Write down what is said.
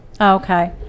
Okay